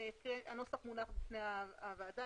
הנוסח מונח בפני הוועדה.